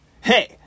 Hey